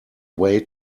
way